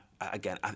again